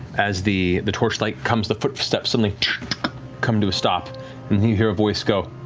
as the the torchlight comes, the footsteps suddenly come to a stop, and you hear a voice go,